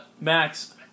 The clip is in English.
Max